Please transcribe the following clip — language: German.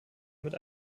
mit